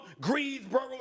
Greensboro